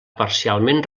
parcialment